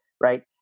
right